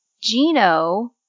Gino